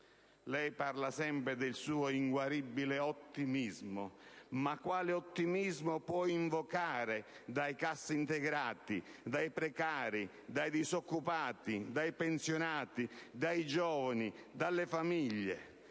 Lei parla sempre del suo inguaribile ottimismo: ma quale ottimismo può invocare dai cassaintegrati, dai precari, dai disoccupati, dai pensionati, dai giovani e dalle famiglie?